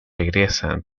regresan